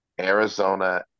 Arizona